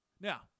Now